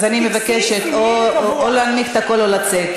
אז אני מבקשת: או להנמיך את הקול או לצאת.